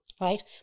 right